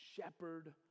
shepherd